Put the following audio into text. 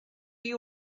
you